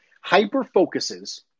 hyper-focuses